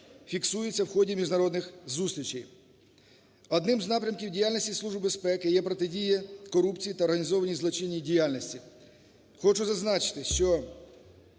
фіксується в ході міжнародних зустрічей. Одним з напрямків діяльності Служби безпеки є протидія корупції та організованій злочинній діяльності. Хочу зазначити, що